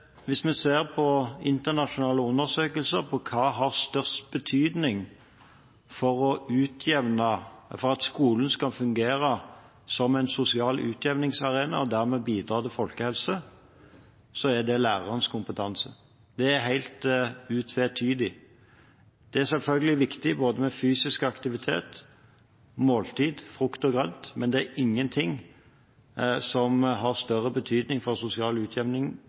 skolen skal fungere som en sosial utjevningsarena og dermed bidra til folkehelse, så er det lærerens kompetanse. Det er helt utvetydig. Det er selvfølgelig viktig både med fysisk aktivitet, måltider og frukt og grønt, men det er ingenting som har større betydning for sosial utjevning